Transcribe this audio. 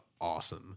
awesome